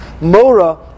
mora